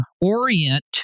orient